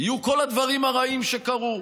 יהיו כל הדברים הרעים שקרו,